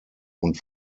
und